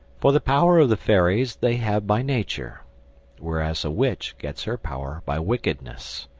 for the power of the fairies they have by nature whereas a witch gets her power by wickedness.